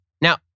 Now